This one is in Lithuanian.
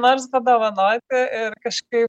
nors padovanoti ir kažkaip